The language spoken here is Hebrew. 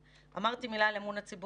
בארץ,